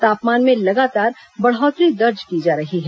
तापमान में लगातार बढ़ोतरी दर्ज की जा रही है